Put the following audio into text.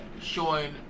showing